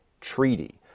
treaty